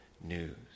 news